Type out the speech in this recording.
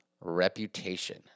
reputation